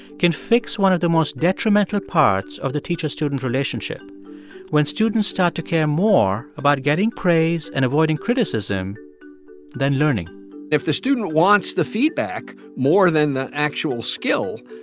can fix one of the most detrimental parts of the teacher-student relationship when students start to care more about getting praise and avoiding criticism than learning if the student wants the feedback more than the actual skill,